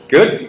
Good